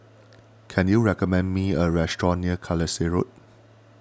can you recommend me a restaurant near Carlisle Road